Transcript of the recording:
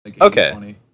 Okay